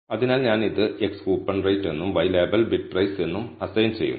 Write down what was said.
അതിനാൽ ഞാൻ ഇത് x "കൂപ്പൺ റേറ്റ്" എന്നും y ലേബൽ "ബിഡ് പ്രൈസ്" എന്നും അസൈൻ ചെയ്യുന്നു